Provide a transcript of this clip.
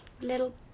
Little